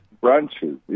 branches